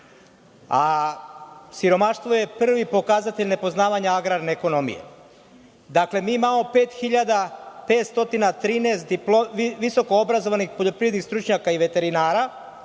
Siromaštvo je prvi pokazatelj nepoznavanja agrarne ekonomije. Dakle, mi imamo 5.513 visoko obrazovanih poljoprivrednih stručnjaka i veterinara